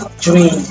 dream